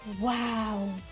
wow